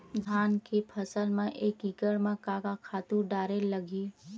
धान के फसल म एक एकड़ म का का खातु डारेल लगही?